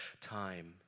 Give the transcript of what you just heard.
time